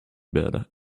bed